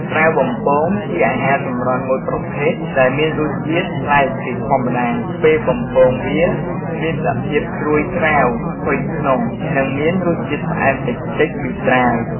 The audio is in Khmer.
ត្រាវបំពង ជាអាហារសម្រន់មួយប្រភេទដែលមានរសជាតិប្លែកពីធម្មតា ពេលបំពងវាមានសភាពស្រួយក្រៅ ផុយក្នុង និងមានរសជាតិផ្អែមតិចៗពីត្រាវ។